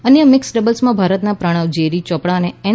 અન્ય મિકસ ડબલ્સમાં ભારતના પ્રણવ જેરી યોપડા અને એન